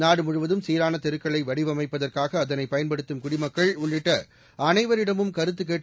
நாடுமுழுவதும் சீரான தெருக்களை வடிவமைப்பதற்காக அதனை பயன்படுத்தும் குடிமக்கள் உள்ளிட்ட அனைவரிடமும் கருத்து கேட்டு